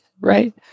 right